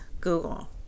Google